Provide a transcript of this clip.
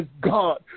god